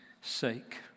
sake